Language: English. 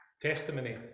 Testimony